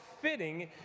fitting